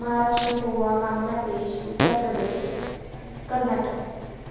Maharashtra Goa Bangladesh Uttar Pradesh Karnataka